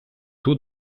taux